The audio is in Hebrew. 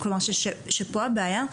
כלומר שפה הבעיה,